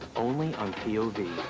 only on p o v.